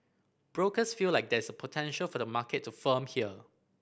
brokers feel like there is potential for the market to firm here